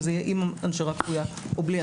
זה עם הנשרה כפויה או בלי הנשרה כפויה.